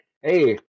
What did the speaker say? Hey